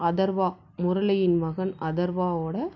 அதர்வா முரளியின் மகன் அதர்வாவோட